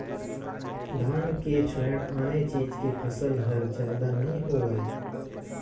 धान के छोयड़ आने चीज के फसल हर जादा नइ होवय